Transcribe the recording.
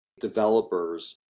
developers